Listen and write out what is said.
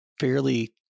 fairly